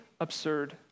absurd